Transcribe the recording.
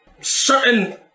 certain